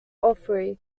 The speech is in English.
opry